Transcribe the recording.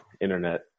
internet